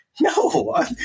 no